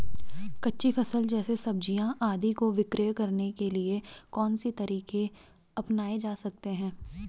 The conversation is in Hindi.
कच्ची फसल जैसे सब्जियाँ आदि को विक्रय करने के लिये कौन से तरीके अपनायें जा सकते हैं?